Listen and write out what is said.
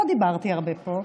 לא דיברתי הרבה פה.